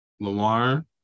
Lamar